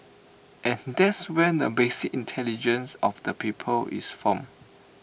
and that's where the basic intelligence of the people is formed